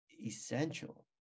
essential